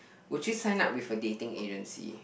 would you sign up with a dating agency